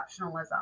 exceptionalism